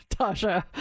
Tasha